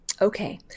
Okay